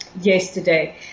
yesterday